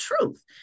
truth